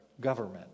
government